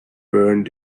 burned